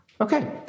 Okay